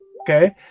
okay